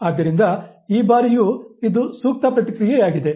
ಆದ್ದರಿಂದ ಈ ಬಾರಿಯೂ ಇದು ಸೂಕ್ತ ಪ್ರತಿಕ್ರಿಯೆಯಾಗಿದೆ